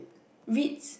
wheat